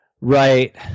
Right